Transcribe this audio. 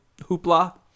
hoopla